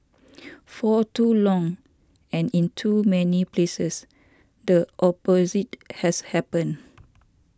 for too long and in too many places the opposite has happened